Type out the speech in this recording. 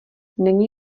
není